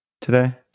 today